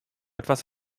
etwas